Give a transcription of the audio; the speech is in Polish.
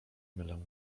mylę